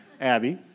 Abby